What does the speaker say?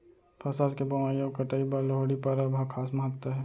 फसल के बोवई अउ कटई बर लोहड़ी परब ह खास महत्ता हे